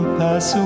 pass